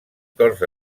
corts